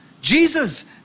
Jesus